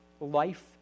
Life